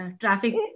traffic